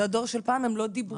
זה הדור של פעם, הם לא דיברו.